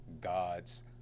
God's